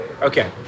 Okay